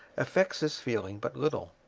affects this feeling but little.